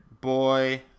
Boy